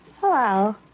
Hello